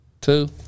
Two